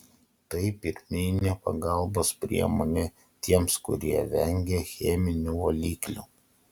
tai pirminė pagalbos priemonė tiems kurie vengia cheminių valiklių